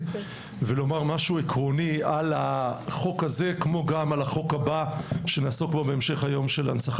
תיתן להם מקום, תשקיע כסף בזה וגם תעסוק בעניין.